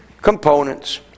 components